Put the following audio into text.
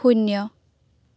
শূন্য